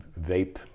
vape